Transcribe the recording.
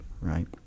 right